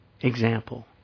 example